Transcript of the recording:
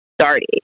started